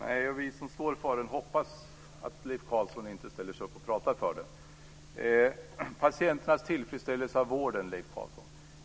Fru talman! Vi som står för denna politik hoppas också att Leif Carlsson inte ställer sig upp och pratar för den. Först detta med patienternas tillfredsställelse med vården, Leif Carlsson.